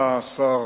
בא שר